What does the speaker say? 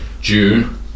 June